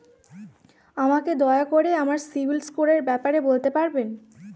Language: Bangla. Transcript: আমাকে দয়া করে আমার সিবিল স্কোরের ব্যাপারে বলতে পারবেন?